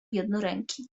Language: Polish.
jednoręki